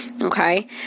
Okay